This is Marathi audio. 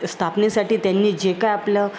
स्थापनेसाठी त्यांनी जे काय आपलं